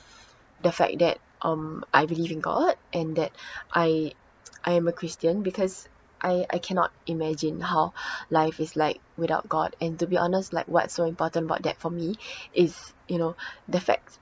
the fact that um I believe in god and that I I am a christian because I I cannot imagine how life is like without god and to be honest like what's so important about that for me is you know the fact